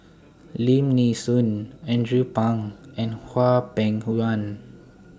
Lim Nee Soon Andrew Phang and Hwang Peng Yuan